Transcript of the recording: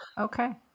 Okay